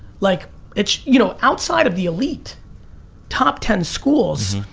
like it's you know outside of the elite top ten schools,